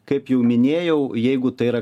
kaip jau minėjau jeigu tai yra